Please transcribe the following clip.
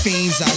Fiends